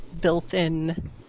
built-in